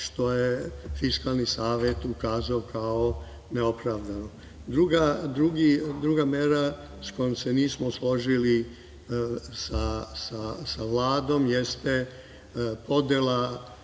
što je Fiskalni savet ukazao kao neopravdano. Druga mera sa kojom se nismo složili sa Vladom jeste podela